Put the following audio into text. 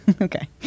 Okay